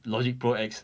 logic pro X